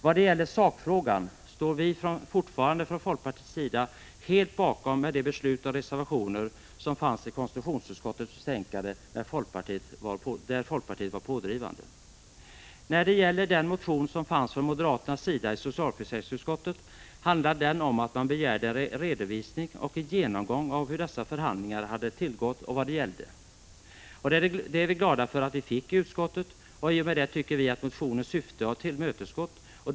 Vad gäller sakfrågan står vi fortfarande från folkpartiet helt bakom de beslut och reservationer i konstitutionsutskottets betänkande där folkpartiet var pådrivande. Motionen från moderaterna i socialförsäkringsutskottet innebar att man begärde en redovisning och en genomgång av hur dessa förhandlingar hade tillgått och vad de gällde. Vi är glada för att vi i utskottet fick en sådan redovisning och i och med det tycker vi att motionens syfte har tillmötesgåtts.